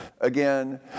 Again